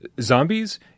zombies